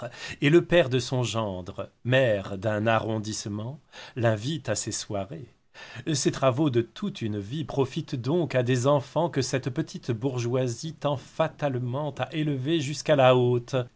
et le père de son gendre maire d'un arrondissement l'invite à ses soirées ces travaux de toute une vie profitent donc à des enfants que cette petite bourgeoisie tend fatalement à élever jusqu'à la